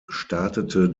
startete